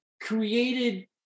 created